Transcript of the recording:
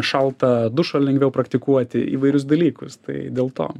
šaltą dušą lengviau praktikuoti įvairius dalykus tai dėl to